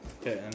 Okay